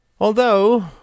Although